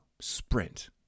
sprint